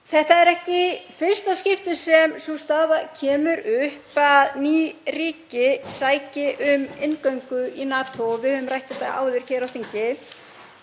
Þetta er ekki í fyrsta skiptið sem sú staða kemur upp að ný ríki sæki um inngöngu í NATO og við höfum rætt þetta áður hér á þingi.